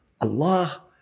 Allah